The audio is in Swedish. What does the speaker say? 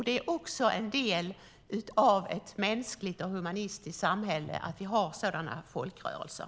Det är också en del av ett mänskligt och humanistiskt samhälle att vi har sådana folkrörelser.